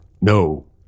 No